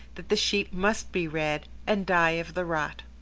that the sheep must be red, and die of the rot.